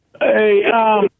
Hey